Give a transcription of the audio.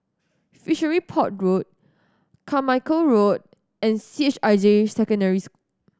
Fishery Port Road Carmichael Road and C H I J Secondary